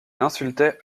insultait